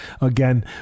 again